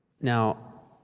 Now